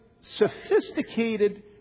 sophisticated